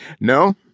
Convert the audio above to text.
No